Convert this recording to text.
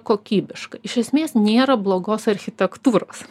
kokybiškai iš esmės nėra blogos architektūros